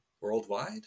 worldwide